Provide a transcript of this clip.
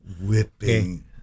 Whipping